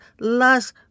lust